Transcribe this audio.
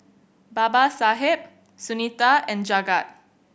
Babasaheb Sunita and Jagat